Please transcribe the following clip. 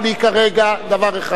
אתה צריך לומר לי כרגע דבר אחד.